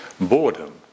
boredom